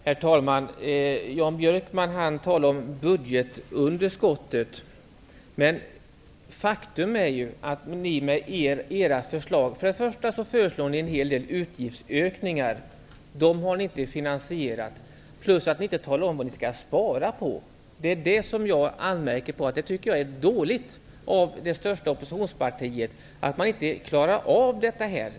Herr talman! Jan Björkman talar om budgetunderskottet. Faktum är att ni föreslår en hel del utgiftsökningar som ni inte har finansierat. Dessutom talar ni inte om vad ni skall spara på. Det är det jag anmärker på. Jag tycker att det är dåligt av det största oppositionspartiet att man inte klarar av detta.